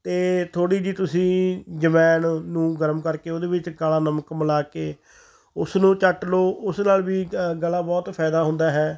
ਅਤੇ ਥੋੜ੍ਹੀ ਜਿਹੀ ਤੁਸੀਂ ਅਜਵਾਇਣ ਨੂੰ ਗਰਮ ਕਰਕੇ ਉਹਦੇ ਵਿੱਚ ਕਾਲਾ ਨਮਕ ਮਿਲਾ ਕੇ ਉਸਨੂੰ ਚੱਟ ਲਓ ਉਸ ਨਾਲ ਵੀ ਗਲਾ ਬਹੁਤ ਫਾਇਦਾ ਹੁੰਦਾ ਹੈ